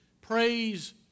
Praise